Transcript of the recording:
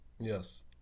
yes